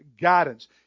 guidance